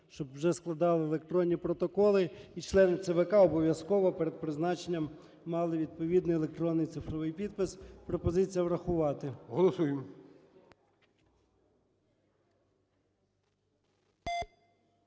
щоб вже складали електронні протоколи і члени ЦВК обов'язково перед призначенням мали відповідний електронний цифровий підпис. Пропозиція врахувати. ГОЛОВУЮЧИЙ.